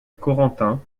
corentin